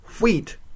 wheat